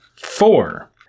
four